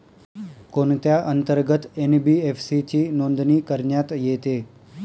कोणत्या अंतर्गत एन.बी.एफ.सी ची नोंदणी करण्यात येते?